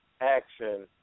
action